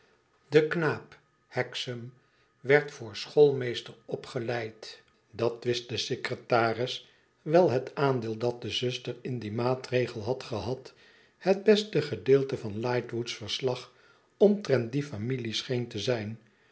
de knaap hexam werd voor schoolmeester opgeleid dat wist de secretaris wijl het aandeel dat de zuster in dien maatregel had gehad het beste gedeelte van lightwoods verslag omtrent die familie scheen te zijn